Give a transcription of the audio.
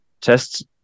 Tests